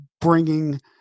bringing